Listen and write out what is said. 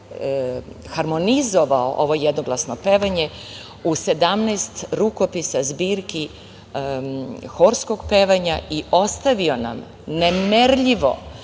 harmonizovao ovo jednoglasno pevanje u 17 rukopisa zbirki horskog pevanja i ostavio nam nemerljivo